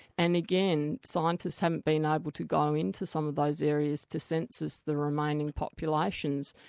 and again, scientists haven't been able to go into some of those areas to census the remaining populations.